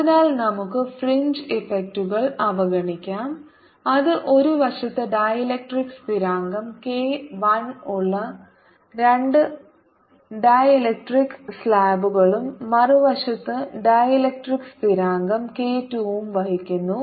അതിനാൽ നമുക്ക് ഫ്രിഞ്ച് ഇഫക്റ്റുകൾ അവഗണിക്കാം അത് ഒരു വശത്ത് ഡൈലെക്ട്രിക് സ്ഥിരാങ്കം k 1 ഉള്ള 2 ഡീലക്ട്രിക് സ്ലാബുകളും മറുവശത്ത് ഡീലക്ട്രിക് സ്ഥിരാങ്കം k 2 ഉം വഹിക്കുന്നു